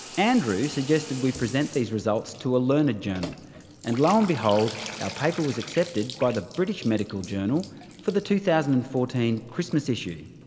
andrew suggested we present these results to a learned journal and, lo and behold, our paper was accepted by the british medical journal for the two thousand and fourteen christmas issue.